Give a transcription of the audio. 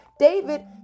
David